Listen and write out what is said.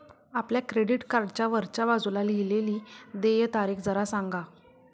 आपल्या क्रेडिट कार्डच्या वरच्या बाजूला लिहिलेली देय तारीख जरा सांगा